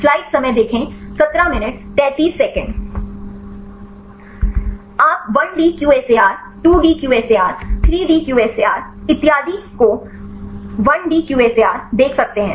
आप 1D QSAR 2D QSAR 3D QSAR इत्यादि को 1D QSAR देख सकते हैं